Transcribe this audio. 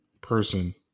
person